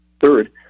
Third